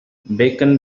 bacon